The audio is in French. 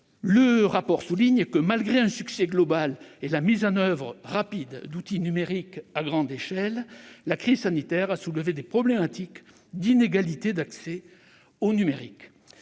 rapport souligne que, malgré un succès global et la mise en oeuvre rapide d'outils numériques à grande échelle, la crise sanitaire a soulevé des problématiques d'inégalités d'accès au numérique.